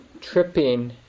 tripping